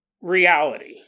reality